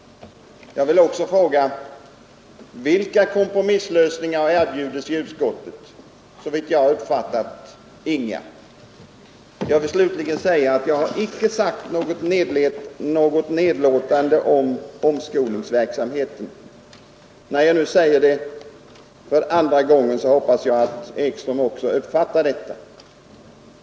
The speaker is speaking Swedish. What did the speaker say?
Jag vill också fråga: Vilka kompromisslösningar erbjöds i utskottet? Såvitt jag har uppfattat, inga. Jag vill slutligen meddela att jag har icke sagt något nedsättande beträffande omskolningsverksamheten. När jag nu säger det andra gången hoppas jag att herr Ekström också uppfattar det.